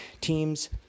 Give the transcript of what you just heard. teams